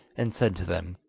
and said to them